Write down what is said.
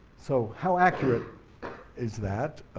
so how accurate is that?